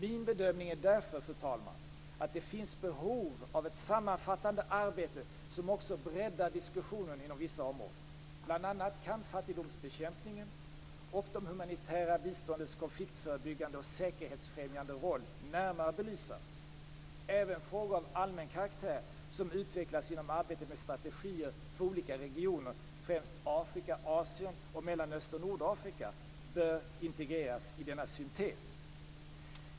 Min bedömning är därför, fru talman, att det finns behov av ett sammanfattande arbete som också breddar diskussionen inom vissa områden. Bl.a. kan fattigdomsbekämpningens och det humanitära biståndets konfliktförebyggande och säkerhetsfrämjande roll närmare belysas. Även frågor av allmän karaktär som utvecklas inom arbetet med strategier för olika regioner, främst Afrika, Asien och regionen Mellanöstern-Nordafrika bör integreras i denna syntes.